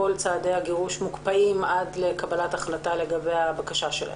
צעדי הגירוש מוקפאים עד לקבלת החלטה לגבי הבקשה שלהן.